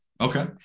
Okay